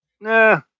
Nah